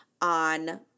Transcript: on